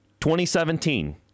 2017